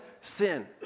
sin